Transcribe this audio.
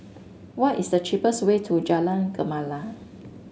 what is the cheapest way to Jalan Gemala